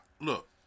look